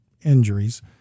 injuries